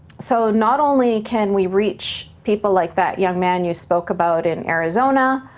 so not only can we reach people like that young man you spoke about in arizona,